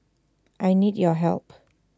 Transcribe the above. I need your help